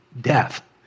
death